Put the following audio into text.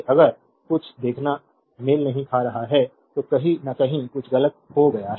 अगर कुछ देखना मेल नहीं खा रहा है तो कहीं न कहीं कुछ गलत हो गया है